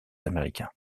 américains